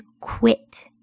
quit